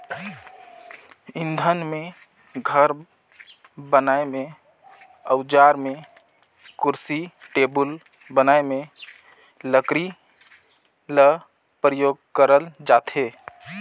इंधन में, घर बनाए में, अउजार में, कुरसी टेबुल बनाए में लकरी ल परियोग करल जाथे